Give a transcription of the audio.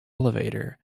elevator